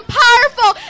powerful